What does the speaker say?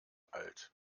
alt